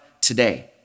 today